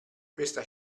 questa